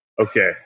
okay